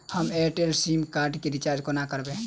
हम Airtel sim card केँ recharge कोना करबै?